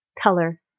Color